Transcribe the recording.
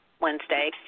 Wednesday